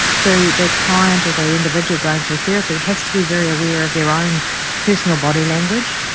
so the client or the individual going through therapy has to be very aware of their own personal body language.